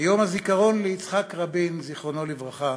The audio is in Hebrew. ביום הזיכרון ליצחק רבין, זיכרונו לברכה,